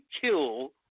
kill